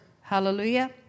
Hallelujah